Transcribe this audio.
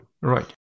Right